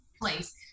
place